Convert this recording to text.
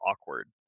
awkward